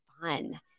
fun